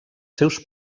seus